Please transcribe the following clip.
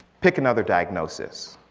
pick another diagnosis,